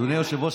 אדוני היושב-ראש,